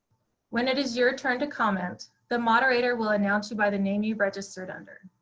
when it is your turn to comment, the moderator will announce you by the name you registered under.